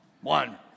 One